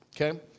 okay